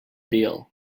deal